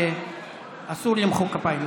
אסור למחוא כפיים,